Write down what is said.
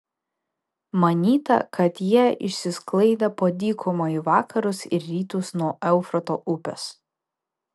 manyta kad jie išsisklaidė po dykumą į vakarus ir rytus nuo eufrato upės